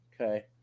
okay